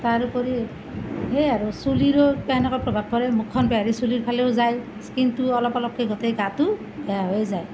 তাৰ উপৰি সেয়েই আৰু চুলিৰো তেনেকুৱা প্ৰভাৱ পৰে মুখখন চুলিৰ ফালেও যায় স্কিণটো অলপ অলপকৈ গোটেই গাটো বেয়া হৈ যায়